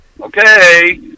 okay